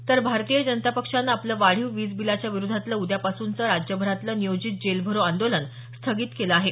तर भारतीय जनता पक्षानं आपलं वाढीव विज बिलाच्या विरोधातलं उद्यापासूनचं राज्यभरातलं नियोजित जेलभरो आंदोलन स्थगित केलं आहे